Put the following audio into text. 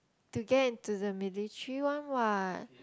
to get into the military one what